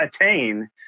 attain